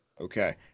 Okay